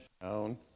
down